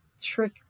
trick